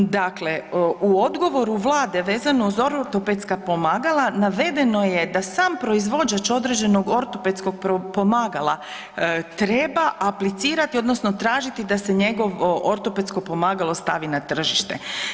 Dakle, u odgovoru vlade vezano za ortopedska pomagala navedeno je da sam proizvođač određenog ortopedskog pomagala treba aplicirati odnosno tražiti da se njegovo ortopedsko pomagalo stavi na tržište.